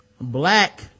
Black